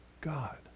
God